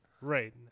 Right